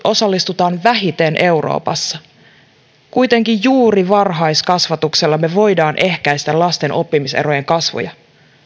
osallistutaan vähiten euroopassa kuitenkin juuri varhaiskasvatuksella me voimme ehkäistä lasten oppimiserojen kasvuja